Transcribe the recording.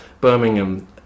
Birmingham